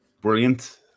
Brilliant